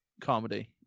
comedy